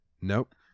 Nope